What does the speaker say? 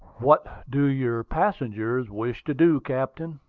what do your passengers wish to do, captain?